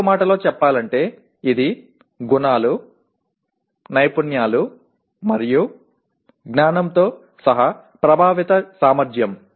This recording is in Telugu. మరో మాటలో చెప్పాలంటే ఇది గుణాలు నైపుణ్యాలు మరియు జ్ఞానంతో సహా ప్రభావిత సామర్ధ్యం